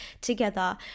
together